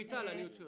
רויטל, אוציא אותך.